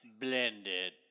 blended